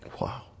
Wow